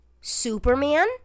Superman